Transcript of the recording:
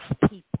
people